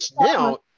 now